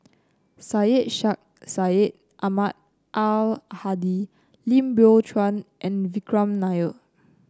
Syed Sheikh Syed Ahmad Al Hadi Lim Biow Chuan and Vikram Nair